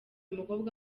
mukobwa